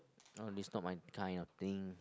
oh this not my kind of thing